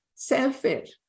Selfish